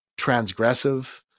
transgressive